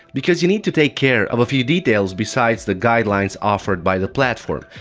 because you need to take care of a few details besides the guidelines offered by the platform.